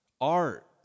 art